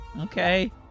Okay